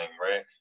right